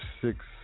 six